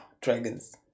dragons